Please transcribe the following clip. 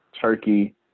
Turkey